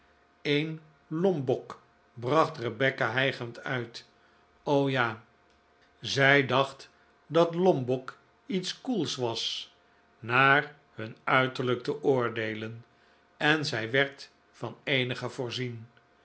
een lombok bracht rebecca hijgend uit o ja zij dacht dat lombok iets koels was naar hun uiterlijk te oordeelen en zij werd van eenige voorzien